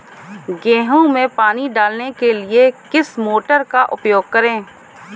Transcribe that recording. गेहूँ में पानी डालने के लिए किस मोटर का उपयोग करें?